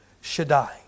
Shaddai